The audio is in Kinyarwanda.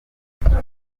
umukuru